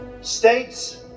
States